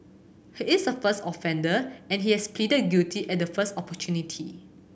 he is a first offender and he has pleaded guilty at the first opportunity